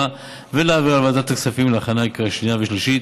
ולהעבירה לוועדת הכספים להכנה לקריאה שנייה ושלישית.